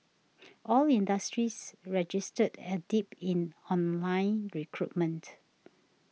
all industries registered a dip in online recruitment